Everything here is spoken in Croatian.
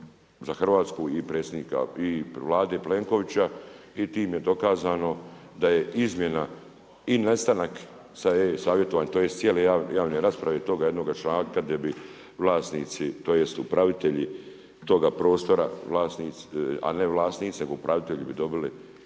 za Hrvatsku i Vlade Plenkovića i time je dokazano da je izmjena i nestanak e-savjetovanja tj. cijele javne rasprave, toga jednoga članka gdje bi vlasnici tj. upravitelji toga prostora bi dobili